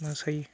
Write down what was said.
मोसायो